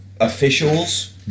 officials